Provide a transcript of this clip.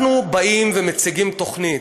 אנחנו באים ומציגים תוכנית,